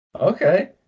Okay